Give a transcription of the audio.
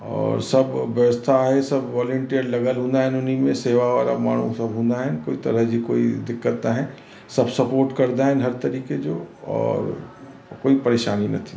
और सभु व्यवस्था आहे सभु वॉलेंटियर लॻियल हूंदा आहिनि उन्हीअ में सेवा वारा माण्हू सभु हूंदा आहिनि कोई तरह जी कोई दिक़त नाहे सभु सपॉट कंदा आहिनि हर तरीक़े जो और कोई परेशानी न थींदी आहे